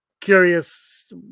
curious